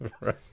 Right